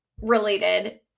related